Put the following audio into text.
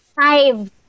five